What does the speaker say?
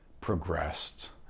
progressed